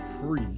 free